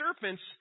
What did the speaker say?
serpents